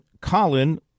Colin